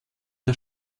der